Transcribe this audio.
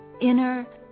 inner